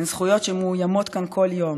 הן זכויות שמאוימות כאן כל יום.